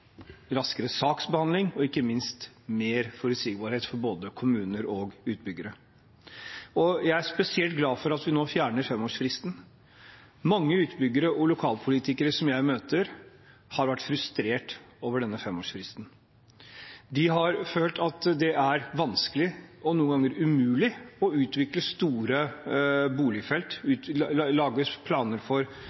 raskere saksbehandling og ikke minst mer forutsigbarhet for både kommuner og utbyggere. Jeg er spesielt glad for at vi nå fjerner femårsfristen. Mange utbyggere og lokalpolitikere som jeg møter, har vært frustrert over denne femårsfristen. De har følt at det er vanskelig – og noen ganger umulig – å